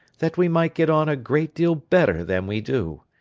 that we might get on a great deal better than we do,